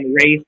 race